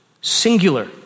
singular